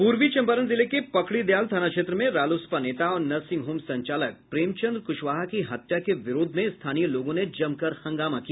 पूर्वी चंपारण जिले के पकड़ीदयाल थाना क्षेत्र में रालोसपा नेता और नर्सिंग होम संचालक प्रेम चंद्र क्शवाहा की हत्या के विरोध में स्थानीय लोगों ने जमकर हंगामा किया